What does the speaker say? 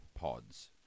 Pods